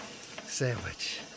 sandwich